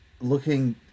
looking